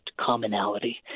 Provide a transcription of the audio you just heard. commonality